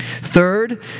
Third